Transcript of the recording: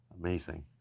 Amazing